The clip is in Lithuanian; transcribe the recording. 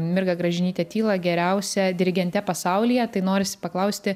mirgą gražinytę tylą geriausia dirigente pasaulyje tai norisi paklausti